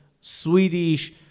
Swedish